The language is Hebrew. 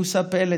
מוסה פלד.